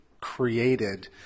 created